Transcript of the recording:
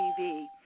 TV